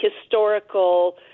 historical